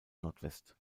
nordwest